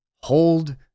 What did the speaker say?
hold